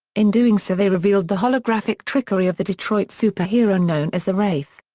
in doing so they revealed the holographic trickery of the detroit super hero known as the wraith.